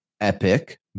epic